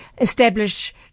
establish